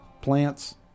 plants